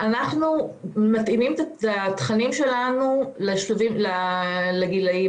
אנחנו מתאימים את התכנים שלנו לגילים.